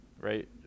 right